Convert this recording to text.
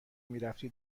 میرفتی